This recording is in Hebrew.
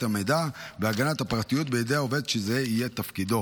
המידע והגנת הפרטיות בידי עובד שזה יהיה תפקידו.